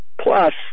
Plus